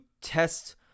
test